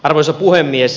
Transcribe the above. arvoisa puhemies